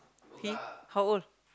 K how old